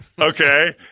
Okay